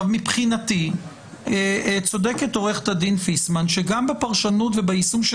מבחינתי צודקת עורכת הדין פיסמן שגם בפרשנות וביישום של